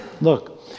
Look